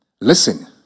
Listen